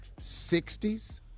60s